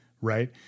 Right